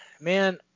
man